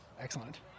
Excellent